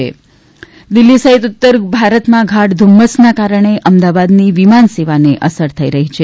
ધુમ્મસ દિલ્હી સહિત ઉત્તર ભારતમાં ગાઢ ધુમ્મસના કારણે અમદાવાદની વિમાન સેવાને અસર થઇ રહી છે